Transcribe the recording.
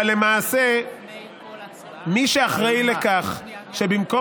אבל למעשה מי שאחראים לכך שבמקום